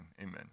amen